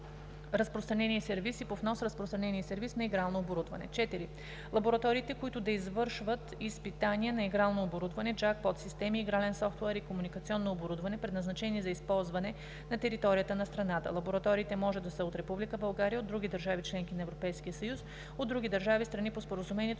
разпространение и сервиз и по внос, разпространение и сервиз на игрално оборудване; 4. лабораториите, които да извършват изпитвания на игрално оборудване, джакпот системи, игрален софтуер и комуникационно оборудване, предназначени за използване на територията на страната; лабораториите може да са от Република България, от други държави – членки на Европейския съюз, от други държави – страни по Споразумението